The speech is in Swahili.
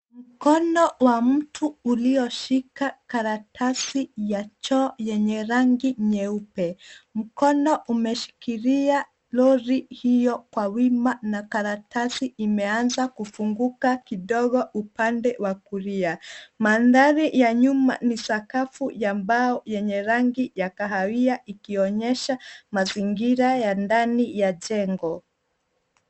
Mkono wa mtu ulioshika karatasi ya choo yenye rangi nyeupe. Mkono umeshikilia roli hiyo kwa wima na karatasi imeanza kufunguka kidogo upande wa kulia. Mandhari ya nyuma ni sakafu ya mbao yenye rangi ya kahawia, ikionyesha mazingira ya ndani ya jengo.